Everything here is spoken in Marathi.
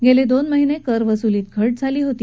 गेले दोन महिने करवसुलीत घट झाली होती